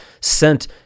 sent